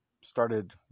started